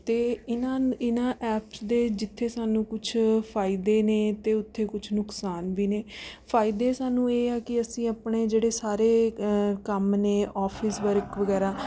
ਅਤੇ ਇਹਨਾਂ ਇਹਨਾਂ ਐਪਸ ਦੇ ਜਿੱਥੇ ਸਾਨੂੰ ਕੁਛ ਫਾਇਦੇ ਨੇ ਅਤੇ ਉੱਥੇ ਕੁਛ ਨੁਕਸਾਨ ਵੀ ਨੇ ਫਾਇਦੇ ਸਾਨੂੰ ਇਹ ਆ ਕਿ ਅਸੀਂ ਆਪਣੇ ਜਿਹੜੇ ਸਾਰੇ ਕੰਮ ਨੇ ਆਫ਼ਿਸ ਵਰਕ ਵਗੈਰਾ